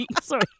Sorry